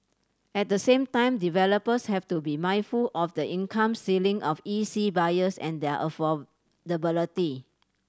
at the same time developers have to be mindful of the income ceiling of E C buyers and their affordability